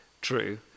true